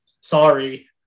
sorry